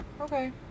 Okay